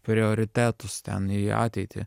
prioritetus ten į ateitį